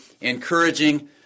encouraging